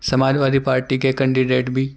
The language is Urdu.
سماج وادی پارٹی کے کنڈیڈیٹ بھی